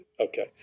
Okay